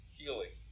healing